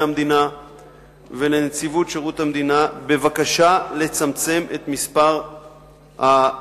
המדינה ולנציבות שירות המדינה בבקשה לצמצם את מספר העובדים,